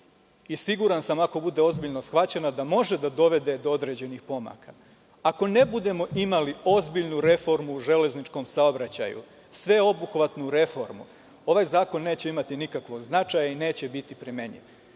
Siguran sam ako bude ozbiljno shvaćena da može da dovede do određenih pomaka. Ako ne budemo imali ozbiljnu reformu u železničkom saobraćaju, sveobuhvatnu reformu, ovaj zakon neće imati nikakvog značaja i neće biti primenjiv.